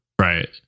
Right